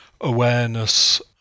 awareness